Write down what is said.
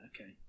okay